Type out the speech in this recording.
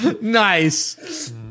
Nice